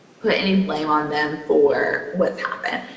put any blame on them for what's happened.